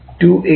Rair 0